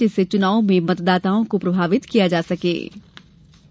जिससे चुनाव में मतदाताओं को प्रभावित किया जा सकें